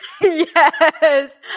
Yes